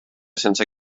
sense